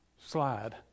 slide